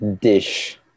dish